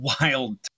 wild